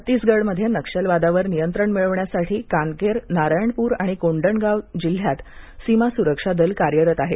छत्तीसगढ मध्ये नक्षलवादावार नियंत्रण मिळवण्यासाठी कानकेर नारायण पूर आणि कोंडनगाव जिल्ह्यात सीमा सुरक्षा दल कार्यरत आहे